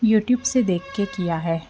YouTube से देख कर किया है